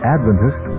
Adventist